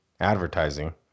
advertising